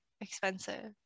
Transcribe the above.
expensive